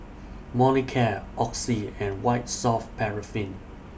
Molicare Oxy and White Soft Paraffin